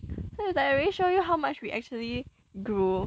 so it was like already show you how much we actually grew